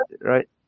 right